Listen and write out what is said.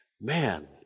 man